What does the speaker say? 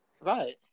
Right